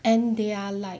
and they are like